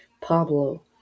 Pablo